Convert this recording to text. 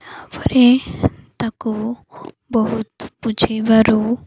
ତା'ପରେ ତାକୁ ବହୁତ ବୁଝାଇବାରୁ